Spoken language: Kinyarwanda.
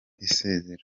isezera